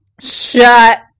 Shut